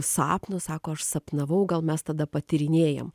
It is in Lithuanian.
sapno sako aš sapnavau gal mes tada patyrinėjam